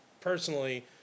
personally